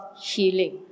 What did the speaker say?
healing